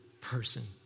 person